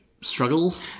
struggles